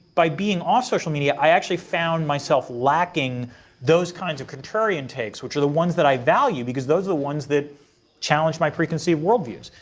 by being off social media, i actually found myself lacking those kinds of contrarian takes which are the ones that i value because those are the ones that challenge my preconceived worldviews.